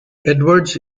edwards